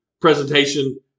presentation